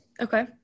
okay